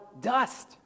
dust